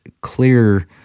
clear